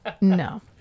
no